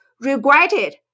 regretted